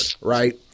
right